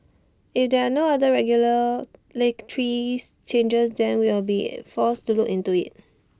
if there're no other regular let trees changes then we'll be forced to look into IT